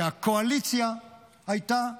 שהקואליציה הייתה מזדעזעת.